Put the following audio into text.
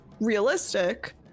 realistic